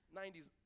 90s